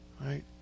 right